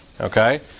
Okay